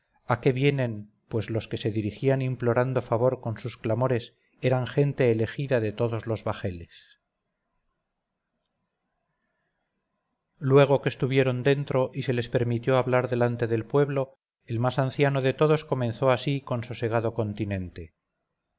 a qué vienen pues los que se dirigían implorando favor con sus clamores eran gente elegida de todos los bajeles luego que estuvieron dentro y se les permitió hablar delante del pueblo el más anciano de todos comenzó así con sosegado continente